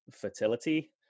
fertility